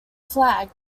flagg